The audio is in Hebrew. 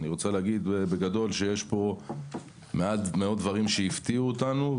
בגדול יש פה מעט מאוד דברים שהפתיעו אותנו,